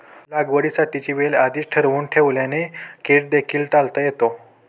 लागवडीची वेळ आधीच ठरवून ठेवल्याने कीड देखील टाळता येते